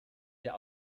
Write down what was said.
der